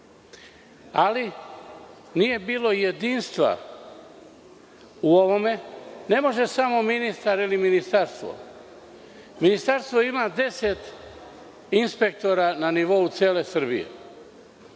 ali nije bilo jedinstva u ovome. Ne može samo ministar ili ministarstvo, ministarstvo ima deset inspektora na nivou cele Srbije.